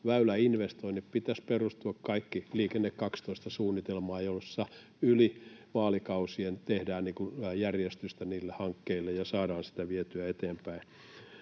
väyläinvestointien pitäisi perustua Liikenne 12 ‑suunnitelmaan, jossa yli vaalikausien tehdään järjestystä niille hankkeille ja saadaan sitä vietyä eteenpäin.